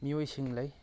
ꯃꯤꯑꯣꯏꯁꯤꯡ ꯂꯩ